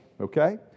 okay